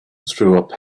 through